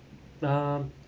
um